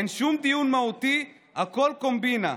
אין שום דיון מהותי, הכול קומבינה.